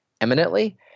eminently